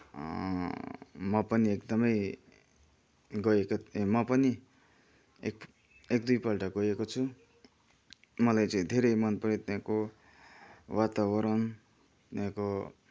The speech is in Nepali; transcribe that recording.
म पनि एकदमै गएको थिएँ म पनि एक एक दुईपल्ट गएको छु मलाई चाहिँ धेरै मनपऱ्यो त्यहाँको वातावरण त्यहाँको